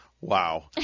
Wow